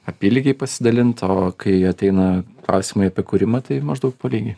apylygiai pasidalint o kai ateina klausimai apie kūrimą tai maždaug po lygiai